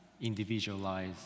individualize